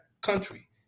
country